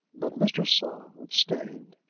but mr. saul abstained,